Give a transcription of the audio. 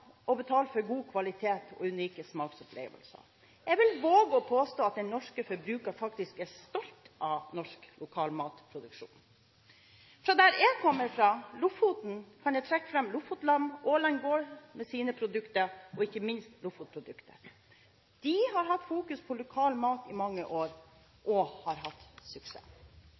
betale for god kvalitet og unike smaksopplevelser. Jeg vil våge å påstå at den norske forbruker faktisk er stolt av norsk lokalmatproduksjon. Fra der jeg kommer fra, Lofoten, kan jeg trekke fram Lofotlam, Aaland gård med sine produkter og ikke minst Lofotprodukt. De har fokusert på lokal mat i mange år og har hatt suksess.